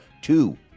Two